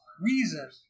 reason